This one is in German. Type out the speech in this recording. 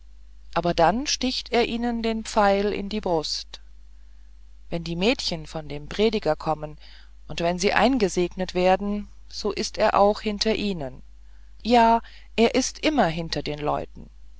aber dann sticht er ihnen den pfeil in die brust wenn die mädchen von dem prediger kommen und wenn sie eingesegnet werden so ist er auch hinter ihnen ja er ist immer hinter den leuten